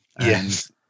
yes